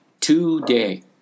today